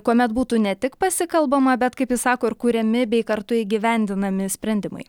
kuomet būtų ne tik pasikalbama bet kaip jis sako ir kuriami bei kartu įgyvendinami sprendimai